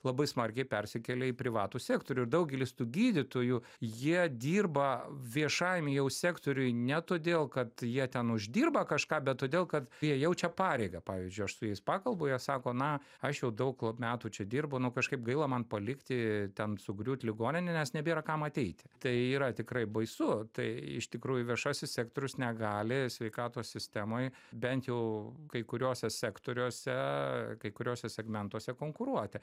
labai smarkiai persikelia į privatų sektorių ir daugelis tų gydytojų jie dirba viešajam jau sektoriuj ne todėl kad jie ten uždirba kažką bet todėl kad jie jaučia pareigą pavyzdžiui aš su jais prakalbu jie sako na aš jau daug metų čia dirbu nu kažkaip gaila man palikti ten sugriūt ligoninę nes nebėra kam ateiti tai yra tikrai baisu tai iš tikrųjų viešasis sektorius negali sveikatos sistemoj bent jau kai kuriose sektoriuose kai kuriuose segmentuose konkuruoti